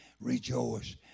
rejoice